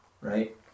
right